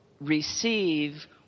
receive